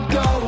go